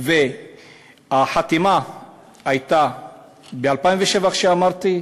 החתימה הייתה ב-2007, כפי שאמרתי,